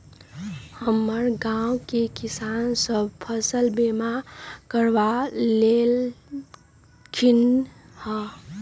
हमर गांव के किसान सभ फसल बीमा करबा लेलखिन्ह ह